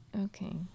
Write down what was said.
Okay